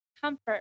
comfort